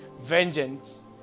Vengeance